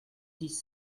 dix